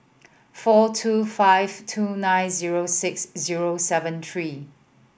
four two five two nine zero six zero seven three